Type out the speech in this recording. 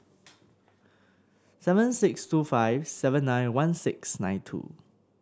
seven six two five seven nine one six nine two